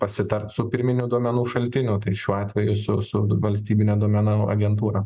pasitart su pirminių duomenų šaltiniu tai šiuo atveju su su valstybine duomenų agentūra